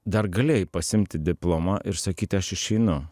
dar galėjai pasiimti diplomą ir sakyti aš išeinu